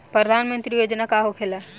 प्रधानमंत्री योजना का होखेला?